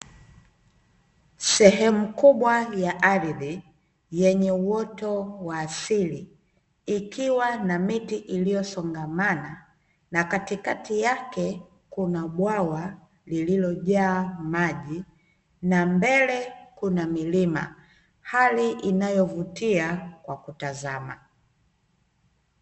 Sehemu kubwa ya ardhi yenye uoto wa asili ikiwa na miti iliyosongamana, na katikati yake kuna bwawa lililojaa maji na mbele kuna milima, hali inayovutia kwa kutazama.